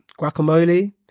guacamole